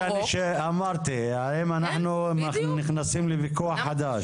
זה מה שאני אמרתי, האם אנחנו נכנסים לוויכוח חדש?